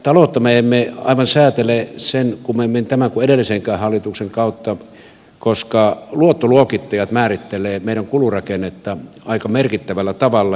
taloutta me emme aivan säätele sen kummemmin tämän kuin edellisenkään hallituksen kautta koska luottoluokittajat määrittelevät meidän kulurakennetta aika merkittävällä tavalla